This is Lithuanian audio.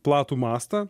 platų mastą